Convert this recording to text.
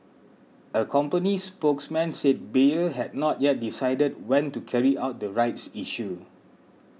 a company spokesman said Bayer had not yet decided when to carry out the rights issue